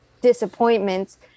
disappointments